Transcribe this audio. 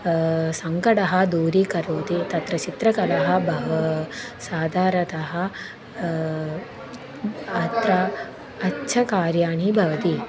सङ्कटः दूरीकरोति तत्र चित्रकला बहु साधारणतः अत्र अच्छ कार्याणि भवति